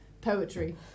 poetry